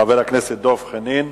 חבר הכנסת דב חנין.